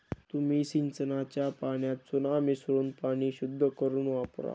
तुम्ही सिंचनाच्या पाण्यात चुना मिसळून पाणी शुद्ध करुन वापरा